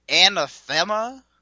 anathema